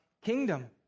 kingdom